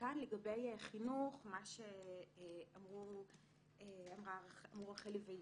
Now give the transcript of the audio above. לגבי חינוך, מה שאמרו רחלי ויהודה.